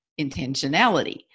intentionality